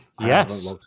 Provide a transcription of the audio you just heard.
Yes